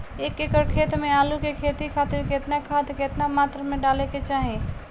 एक एकड़ खेत मे आलू के खेती खातिर केतना खाद केतना मात्रा मे डाले के चाही?